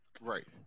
Right